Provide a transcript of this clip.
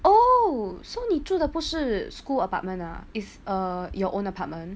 oh so 你住的不是 school apartment ah is uh your own apartment